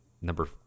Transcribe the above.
number